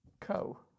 co